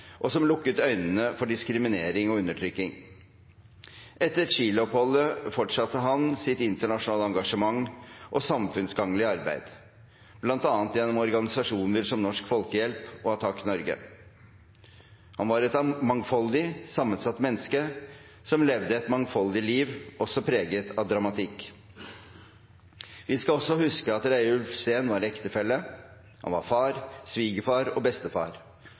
og som lukket øynene for diskriminering og undertrykking. Etter Chile-oppholdet fortsatte han sitt internasjonale engasjement og samfunnsgagnlige arbeid, bl.a. gjennom organisasjoner som Norsk Folkehjelp og Attac Norge. Han var et mangfoldig, sammensatt menneske som levde et mangfoldig liv, også preget av dramatikk. Vi skal også huske at Reiulf Steen var ektefelle. Han var far, svigerfar og bestefar